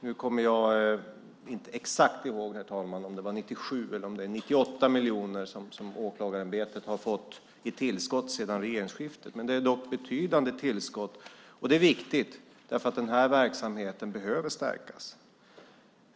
Nu kommer jag inte exakt ihåg om det är 97 eller 98 miljoner som åklagarämbetet har fått i tillskott sedan regeringsskiftet, men det är dock betydande tillskott, och det är viktigt, för den här verksamheten behöver stärkas.